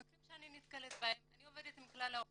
אני עובדת עם כלל האוכלוסייה,